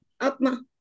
Atma